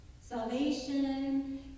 Salvation